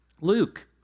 Luke